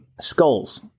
skulls